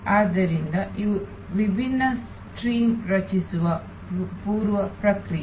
ಆದ್ದರಿಂದ ಇವು ವಿಭಿನ್ನ ಸ್ಟ್ರೀಮ್ಗಳನ್ನು ರಚಿಸುವ ಪೂರ್ವ ಪ್ರಕ್ರಿಯೆ